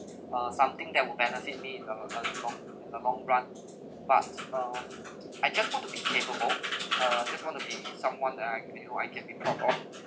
ah something that would benefit me uh in the long in the long run but um I just want to be capable uh I just want to be someone that I can get or I can be proud of